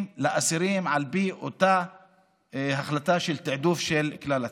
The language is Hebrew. לאסירים על פי אותה החלטה של תיעדוף של כלל הציבור.